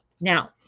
Now